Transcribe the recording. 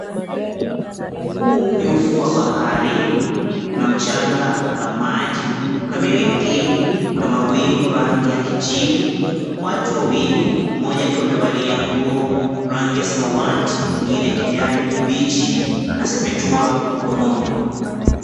Huu ni ufuo wa bahari. Kuna mchanga, kuna maji, kuna merikebu, kuna mawingu rangi ya kijivu. Watu wawili, mmoja akiwa amevalia nguo rangi ya samawati, mwingine kijani kibichi, na sepetua mkononi.